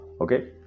Okay